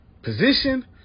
Position